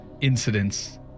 incidents